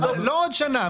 לא עוד שנה.